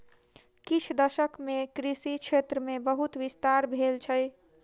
किछ दशक मे कृषि क्षेत्र मे बहुत विस्तार भेल छै